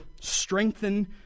strengthen